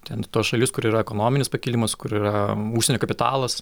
ten tos šalis kur yra ekonominis pakilimas kur yra užsienio kapitalas